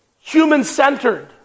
human-centered